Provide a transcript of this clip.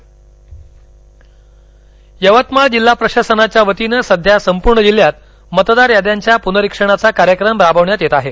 व्हॉर्डस कास्ट यवतमाळ जिल्हा प्रशासनाच्या वतीनं सध्या संपूर्ण जिल्ह्यात मतदार याद्यांच्या पूनरीक्षणाचा कार्यक्रम राबवण्यात येत आहे